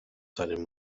seinen